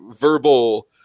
verbal